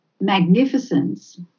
magnificence